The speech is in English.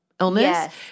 Illness